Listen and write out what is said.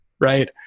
right